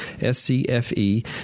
S-C-F-E